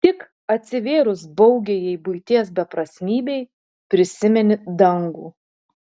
tik atsivėrus baugiajai buities beprasmybei prisimeni dangų